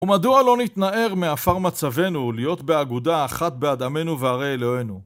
ומדוע לא נתנער מעפר מצבנו להיות באגודה אחת באדמנו וערי אלוהינו?